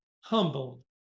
humbled